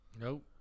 Nope